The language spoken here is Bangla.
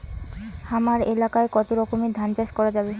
হামার এলাকায় কতো রকমের ধান চাষ করা যাবে?